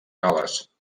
gal·les